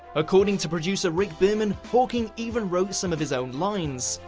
according to producer rick berman, hawking even wrote some of his own lines!